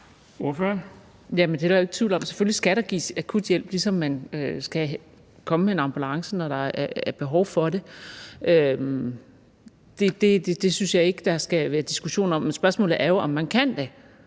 tvivl om; selvfølgelig skal der gives akut hjælp, ligesom der skal komme en ambulance, når der er behov for det. Det synes jeg ikke der skal være diskussion om. Spørgsmålet er jo, om man kan det,